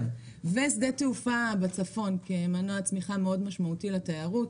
גם שדה תעופה בצפון כמנוע צמיחה מאוד משמעותי לתיירות.